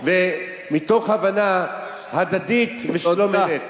ומתוך הבנה הדדית ושלום אמת.